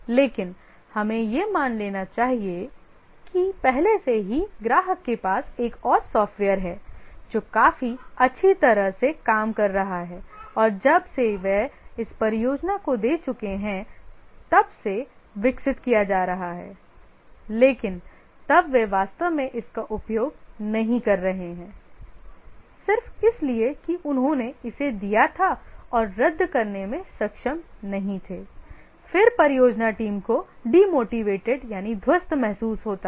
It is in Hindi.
लेकिन हमें यह मान लेना चाहिए कि पहले से ही ग्राहक के पास एक और सॉफ्टवेयर है जो काफी अच्छी तरह से काम कर रहा है और जब से वे इस परियोजना को दे चुके हैं तब से इसे विकसित किया जा रहा है लेकिन तब वे वास्तव में इसका उपयोग नहीं कर रहे हैं सिर्फ इसलिए कि उन्होंने इसे दिया था और रद्द करने में सक्षम नहीं थे फिर परियोजना टीम को ध्वस्त महसूस होता है